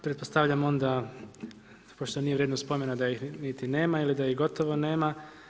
Pretpostavljam onda, pošto nije vrijedno spomena da ih niti nema ili da ih gotovo nema.